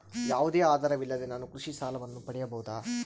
ಯಾವುದೇ ಆಧಾರವಿಲ್ಲದೆ ನಾನು ಕೃಷಿ ಸಾಲವನ್ನು ಪಡೆಯಬಹುದಾ?